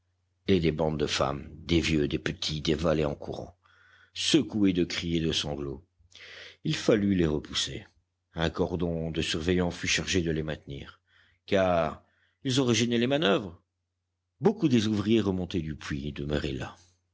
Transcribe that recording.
et des bandes de femmes des vieux des petits dévalaient en courant secoués de cris et de sanglots il fallut les repousser un cordon de surveillants fut chargé de les maintenir car ils auraient gêné les manoeuvres beaucoup des ouvriers remontés du puits demeuraient là